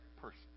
person